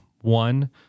One